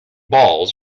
balls